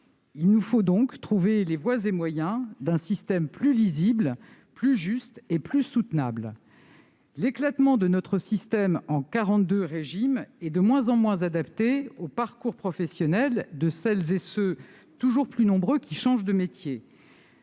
Il nous faut donc trouver les voies et moyens d'un système plus lisible, plus juste et plus soutenable. L'éclatement en quarante-deux régimes rend notre système de moins en moins adapté aux parcours professionnels de celles et ceux, toujours plus nombreux, qui changent de métier.